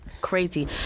crazy